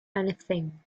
anything